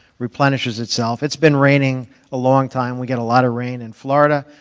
replenishes itself. it's been raining a long time. we get a lot of rain in florida.